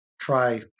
try